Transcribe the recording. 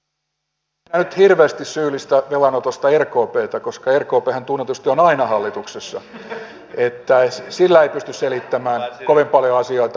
en minä nyt hirveästi syyllistä velanotosta rkptä koska rkphän tunnetusti on aina hallituksessa niin että sillä ei pysty selittämään kovin paljon asioita